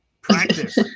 Practice